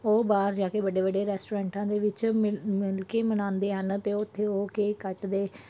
ਉਹ ਬਾਹਰ ਜਾ ਕੇ ਵੱਡੇ ਵੱਡੇ ਰੈਸਟੋਰੈਂਟਾਂ ਦੇ ਵਿੱਚ ਮਿਲ ਮਿਲ ਕੇ ਮਨਾਉਂਦੇ ਹਨ ਅਤੇ ਉੱਥੇ ਉਹ ਕੇਕ ਕੱਟਦੇ